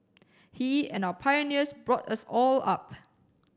he and our pioneers brought us all up